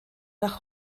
nach